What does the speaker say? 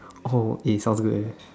cold eh sounds good eh